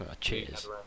cheers